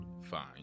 fine